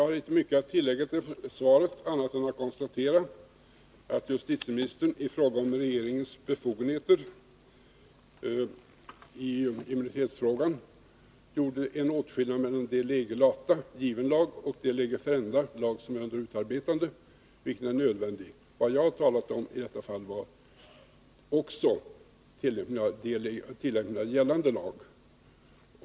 Herr talman! Jag konstaterar att justitieministern i fråga om regeringens befogenheter beträffande immunitetsproblemet gjorde åtskillnad mellan de lege lata, given lag, och de lege ferenda, lag som är under utarbetande, vilket också är nödvändigt att göra. Vad jag talade om var emellertid tillämpningen av gällande lag.